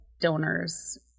donors